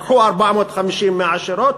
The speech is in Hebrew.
לקחו 450 מיליון מהעשירות